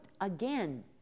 again